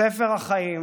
ספר החיים,